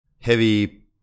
heavy